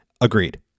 Agreed